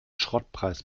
schrottpreis